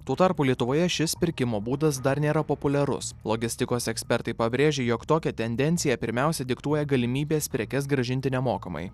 tuo tarpu lietuvoje šis pirkimo būdas dar nėra populiarus logistikos ekspertai pabrėžia jog tokią tendenciją pirmiausia diktuoja galimybės prekes grąžinti nemokamai